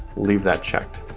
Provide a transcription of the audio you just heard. leave that checked